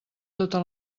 tota